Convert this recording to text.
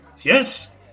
Yes